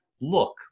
look